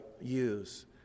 use